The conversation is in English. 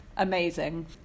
amazing